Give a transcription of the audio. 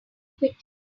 quickly